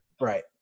Right